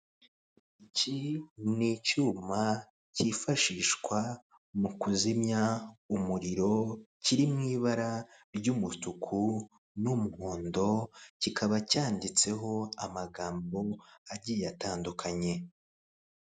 Iki ni icyuma kifashishwa mu kuzimya umuriro, kiri mu ibara ry'umutuku n'umuhondo, kikaba cyanditseho amagambo agiye atandukanye.